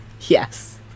Yes